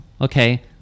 okay